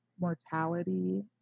mortality